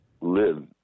live